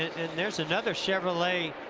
and there is another chevrolet.